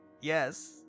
Yes